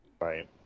Right